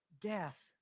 death